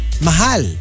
Mahal